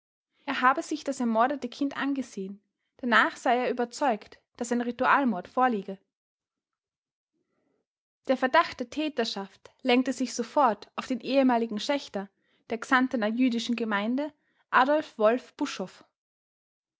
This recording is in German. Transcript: er habe sich das ermordete kind angesehen danach sei er überzeugt daß ein ritualmord vorliege der verdacht der täterschaft lenkte sich sofort auf den ehemaligen schächter der xantener jüdischen gemeinde adolf wolff buschhoff